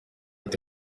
ati